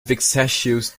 vexatious